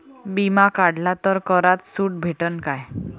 बिमा काढला तर करात सूट भेटन काय?